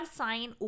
sign